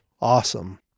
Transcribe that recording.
awesome